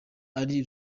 ari